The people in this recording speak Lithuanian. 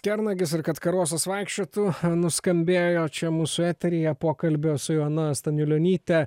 kernagis ir kad karosas vaikščiotų nuskambėjo čia mūsų eteryje pokalbio su joana staniulionytė